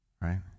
right